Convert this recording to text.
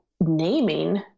naming